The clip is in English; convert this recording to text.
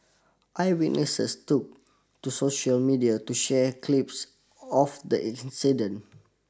eyewitnesses took to social media to share clips of the incident